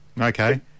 Okay